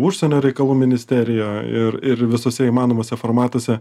užsienio reikalų ministerijoj ir ir visuose įmanomuose formatuose